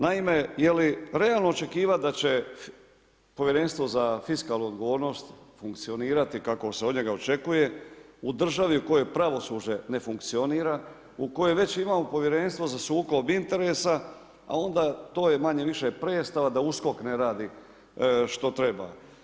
Naime, je li realno očekivati da će Povjerenstvo za fiskalnu odgovornost funkcionirati kako se od njega očekuje u državi u kojoj pravosuđe ne funkcionira, u kojoj već imamo Povjerenstvo za sukob interesa a onda to je manje-više predstava da USKOK ne radi što treba.